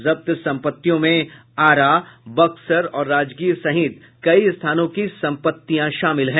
जब्त संपत्तियों में आरा बक्सर और राजगीर सहित कई स्थानों की संपत्तियां शामिल हैं